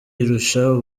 irusha